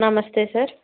నమస్తే సార్